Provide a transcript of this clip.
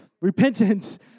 repentance